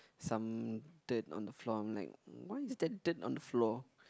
some dirt on the floor I'm like why is there dirt on the floor